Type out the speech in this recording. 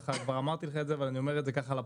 כבר אמרתי לך את זה אבל אני אומר את זה לפרוטוקול.